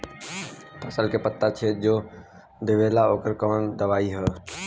फसल के पत्ता छेद जो देवेला ओकर कवन दवाई ह?